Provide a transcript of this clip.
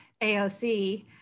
AOC